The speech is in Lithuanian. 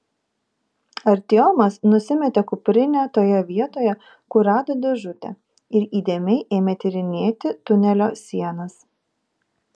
artiomas nusimetė kuprinę toje vietoje kur rado dėžutę ir įdėmiai ėmė tyrinėti tunelio sienas